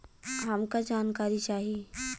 हमका जानकारी चाही?